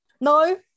No